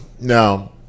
now